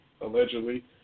allegedly